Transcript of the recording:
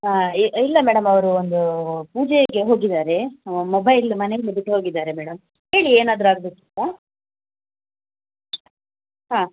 ಹಾಂ ಇಲ್ಲ ಮೇಡಮ್ ಅವರು ಒಂದು ಪೂಜೆಗೆ ಹೋಗಿದ್ದಾರೆ ಮೊಬೈಲ್ ಮನೆಯಲ್ಲಿ ಬಿಟ್ಟು ಹೋಗಿದ್ದಾರೆ ಮೇಡಮ್ ಹೇಳಿ ಏನಾದರೂ ಆಗಬೇಕಿತ್ತಾ ಹಾಂ